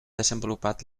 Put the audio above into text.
desenvolupat